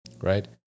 right